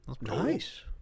nice